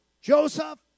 Joseph